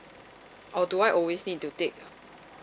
or do I always need to take